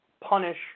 punish